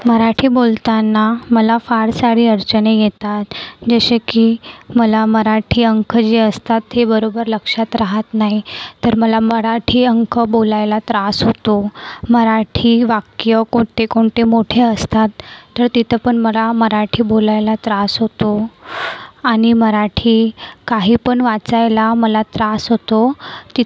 मराठी बोलताना मला फार सारे अरचणी येतात जसे की मला मराठी अंक जे असतात ते बरोबर लक्षात रहात नाही तर मला मराठी अंक बोलायला त्रास होतो मराठी वाक्य कोणते कोणते मोठे असतात तर तिथंपण मला मराठी बोलायला त्रास होतो आणि मराठी काहीपण वाचायला मला त्रास होतो की